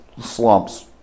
slumps